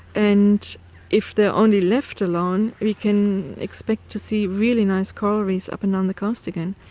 and if they're only left alone we can expect to see really nice coral reefs up and down the coast again,